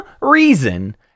reason